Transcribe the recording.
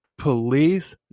police